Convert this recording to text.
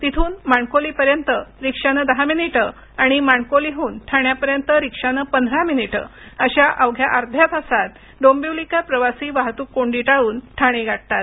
तिथून माणकोलीपर्यंत रिक्षानं दहा मिनिटं आणि माणकोलीहून ठाण्यापर्यंत रिक्षानं पंधरा मिनिटं अशा अवघ्या अर्ध्या तासात डोंबिवलीकर प्रवासी वाहतूक कोंडी टाळून ठाणे गाठतात